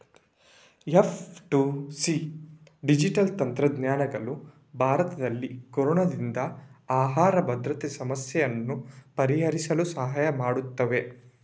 F two C digital ತಂತ್ರಜ್ಞಾನಗಳು ಭಾರತದಲ್ಲಿ ಕೊರೊನಾದಿಂದ ಆಹಾರ ಭದ್ರತೆ ಸಮಸ್ಯೆಯನ್ನು ಪರಿಹರಿಸಲು ಸಹಾಯ ಮಾಡುತ್ತವೆ